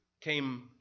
came